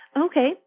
Okay